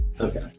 Okay